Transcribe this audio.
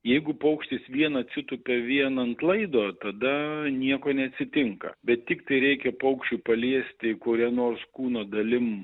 jeigu paukštis vien atsitūpė vien ant laido tada nieko neatsitinka bet tiktai reikia paukščiui paliesti kuria nors kūno dalim